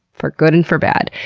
for good and for bad.